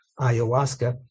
ayahuasca